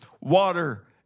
water